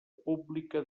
pública